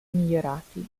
migliorati